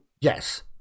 yes